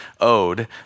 owed